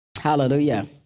Hallelujah